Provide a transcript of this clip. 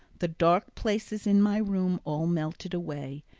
the dark places in my room all melted away,